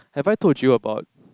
have I told you about